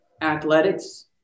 athletics